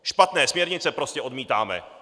Špatné směrnice prostě odmítáme!